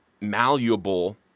malleable